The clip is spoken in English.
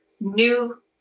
new